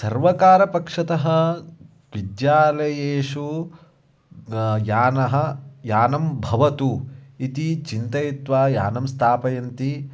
सर्वकारपक्षतः विद्यालयेषु यानं यानं भवतु इति चिन्तयित्वा यानं स्थापयन्ति